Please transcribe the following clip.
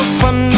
fun